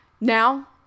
Now